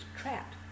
trapped